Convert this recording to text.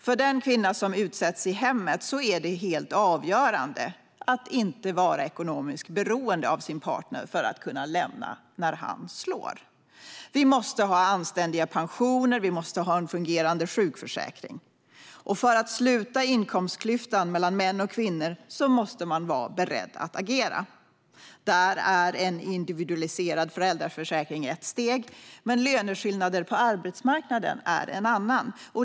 För den kvinna som utsätts i hemmet är det helt avgörande att inte vara ekonomiskt beroende av sin partner för att kunna lämna honom när han slår. Vi måste ha anständiga pensioner och en fungerande sjukförsäkring. För att sluta inkomstklyftan mellan män och kvinnor måste man vara beredd att agera. Där är en individualiserad föräldraförsäkring ett steg. Men löneskillnader på arbetsmarknaden är en annan.